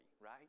right